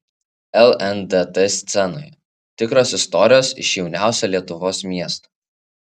lndt scenoje tikros istorijos iš jauniausio lietuvos miesto